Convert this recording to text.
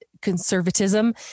conservatism